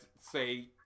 Say